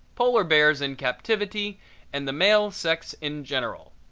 polar bears in captivity and the male sex in general.